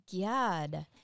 God